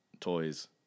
toys